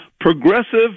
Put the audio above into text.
progressive